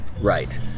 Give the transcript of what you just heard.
Right